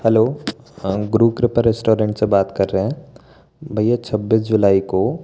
hello हाँ Guru Kripa restaurant से बात कर रहे हैं भैया छब्बीस जुलाई को